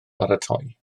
baratoi